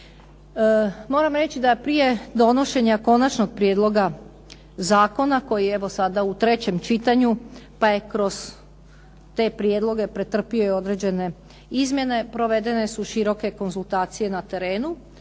Moram reći da prije donošenja konačnog prijedloga zakona koji je evo sada u trećem čitanju pa je kroz te prijedloge pretrpio i određene izmjene provedene su široke konzultacije na terenu,